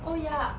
oh ya